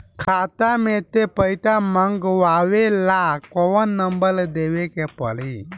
खाता मे से पईसा मँगवावे ला कौन नंबर देवे के पड़ी?